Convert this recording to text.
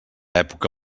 època